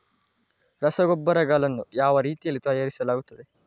ರಸಗೊಬ್ಬರಗಳನ್ನು ಯಾವ ರೀತಿಯಲ್ಲಿ ತಯಾರಿಸಲಾಗುತ್ತದೆ?